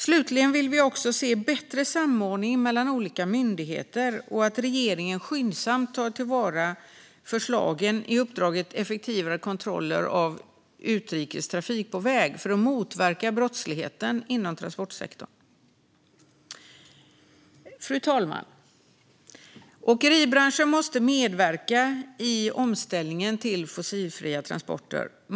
Slutligen vill vi också se bättre samordning mellan olika myndigheter och att regeringen skyndsamt tar till vara förslagen i uppdraget om effektivare kontroller av yrkestrafik på väg för att motverka brottsligheten inom transportsektorn. Fru talman! Åkeribranschen måste medverka i omställningen till fossilfria transporter.